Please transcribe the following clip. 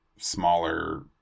smaller